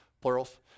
plurals